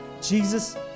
Jesus